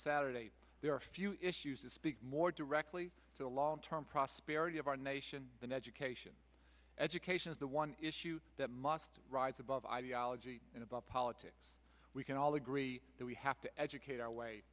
saturday there are few issues to speak more directly to the long term prosperity of our nation than education education is the one issue that must rise above ideology and above politics we can all agree that we have to educate our way